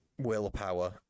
willpower